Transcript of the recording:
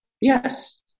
Yes